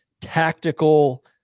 tactical